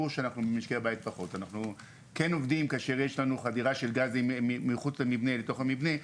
אנחנו כן עובדים כאשר יש לנו חדירה של גזים מחוץ למבנה לתוך המבנה.